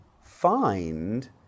find